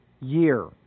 year